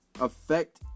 affect